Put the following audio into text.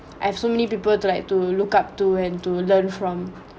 I have so many people to like to look up to and to learn from